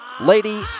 Lady